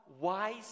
wise